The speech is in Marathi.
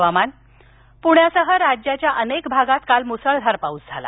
हवामान पूण्यासह राज्याच्या अनेक भागात काल मूसळधार पाऊस झाला